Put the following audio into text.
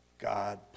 God